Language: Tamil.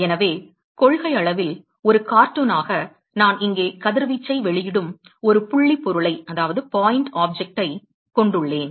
எனவே கொள்கையளவில் ஒரு கார்ட்டூனாக நான் இங்கே கதிர்வீச்சை வெளியிடும் ஒரு புள்ளிப் பொருளைக் கொண்டுள்ளேன்